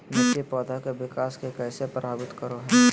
मिट्टी पौधा के विकास के कइसे प्रभावित करो हइ?